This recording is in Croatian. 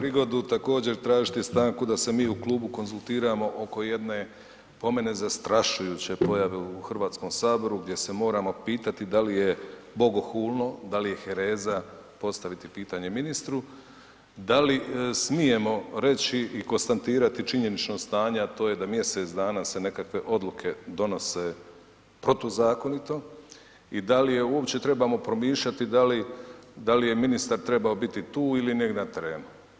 Koristim prigodu također tražiti stanku da se mi u klubu konzultiramo oko jedne po meni zastrašujuće pojave u Hrvatskom saboru gdje se moramo pitati da li je bogohulno, da li je hereza postaviti pitanje ministru, da li smijemo reći i konstatirati činjenično stanje, a to je da mjesec dana se nekakve odluke donose protuzakonito i da li je uopće trebamo promišljati da li je ministar trebao biti tu ili negdje na terenu.